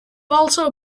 also